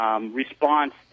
response